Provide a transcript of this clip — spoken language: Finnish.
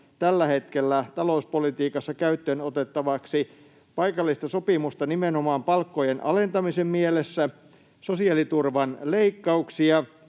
tällä hetkellä talouspolitiikassa käyttöön otettavaksi paikallista sopimista nimenomaan palkkojen alentamisen mielessä, sosiaaliturvan leikkauksia,